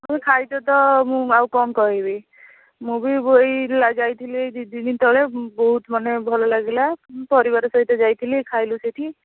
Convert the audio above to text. ସବୁ ଖାଇଛ ତ ମୁଁ ଆଉ କଁ କହିବି ମୁଁ ବି ଏଇ ଯାଇଥିଲି ଏଇ ଦୁଇଦିନ ତଳେ ବହୁତ ମାନେ ଭଲ ଲାଗିଲା ମୁଁ ପରିବାର ସହିତ ଯାଇଥିଲି ଖାଇଲୁ ସେଠି